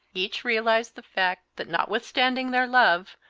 each realized the fact that notwithstanding their love,